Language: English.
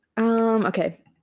Okay